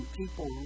people